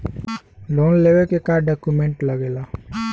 Loan लेवे के का डॉक्यूमेंट लागेला?